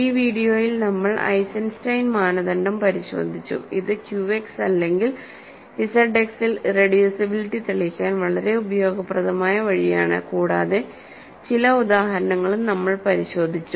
ഈ വീഡിയോയിൽ നമ്മൾ ഐസൻസ്റ്റൈൻ മാനദണ്ഡം പരിശോധിച്ചു ഇത് ക്യുഎക്സ് അല്ലെങ്കിൽ ഇസഡ്എക്സിൽ ഇറെഡ്യൂസിബിലിറ്റി തെളിയിക്കാൻ വളരെ ഉപയോഗപ്രദമായ വഴിയാണ് കൂടാതെ ചില ഉദാഹരണങ്ങളും നമ്മൾ പരിശോധിച്ചു